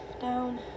down